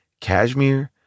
cashmere